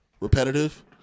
repetitive